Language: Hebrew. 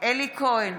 אלי כהן,